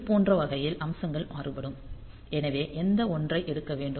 இது போன்ற வகையில் அம்சங்கள் மாறுபடும் எனவே எந்த ஒன்றை எடுக்க வேண்டும்